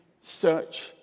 search